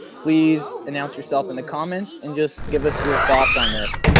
please announce yourself in the comments and just give us your thoughts on this.